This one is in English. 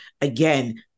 again